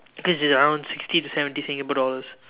this is around sixty to seventy Singapore dollars